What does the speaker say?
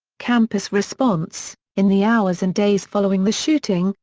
campus response in the hours and days following the shooting,